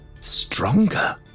stronger